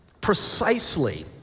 precisely